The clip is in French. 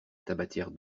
tabatière